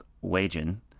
Wagen